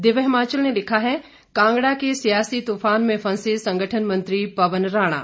दिव्य हिमाचल ने लिखा है कांगड़ा के सियासी तूफान में फंसे संगठन मंत्री पवन राणा